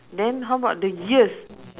then how about the ears